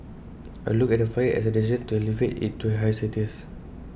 I look at the flyer as A destination to elevate IT to A higher status